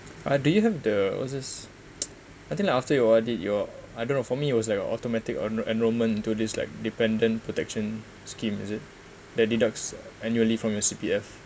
ah do you have the what's this I think like after you O_R_D your I don't know for me it was like a automatic en~ enrolment into this like dependent protection scheme is it that deducts annually from your C_P_F